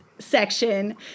section